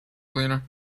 cleaner